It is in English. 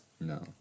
No